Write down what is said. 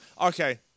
Okay